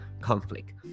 conflict